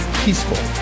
peaceful